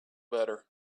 better